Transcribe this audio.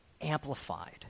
amplified